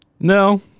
No